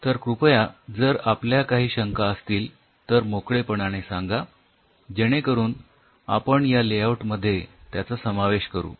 तर कृपया जर आपल्या काही शंका असतील तर मोकळेपणाने सांगा जेणे करून आपण या लेआऊट मध्ये त्याचा समावेश करू